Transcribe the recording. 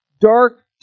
dark